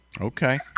Okay